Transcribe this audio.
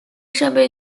设备